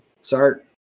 start